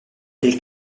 del